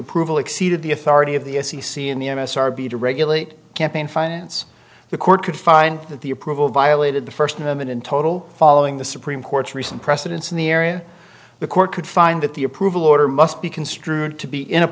approval exceeded the authority of the f c c in the m s r b to regulate campaign finance the court could find that the approval violated the first moment in total following the supreme court's recent precedents in the area the court could find that the approval order must be construed to be in a